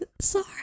Sorry